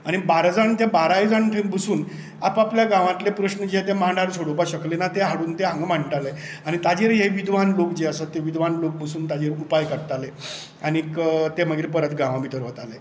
आनी बाराजण ते बारायजाण थंय बसून आपआपल्या गांवातले प्रस्न जे ते मांडार सोडोवपाक शकले ना तें हांगा मांडटाले आनी ताजेर हे विद्वान जे लोक आसा ते विद्वान लोक ताजेर बसून उपाय काडटाले आनीक ते मागीर परत गांवा भितर वताले